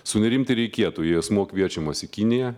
sunerimti reikėtų jei asmuo kviečiamas į kiniją